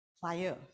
fire